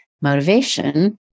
motivation